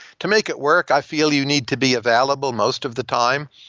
to make it work, i feel you need to be available most of the time.